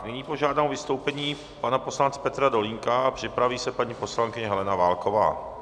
Nyní požádám o vystoupení pana poslance Petra Dolínka a připraví se paní poslankyně Helena Válková.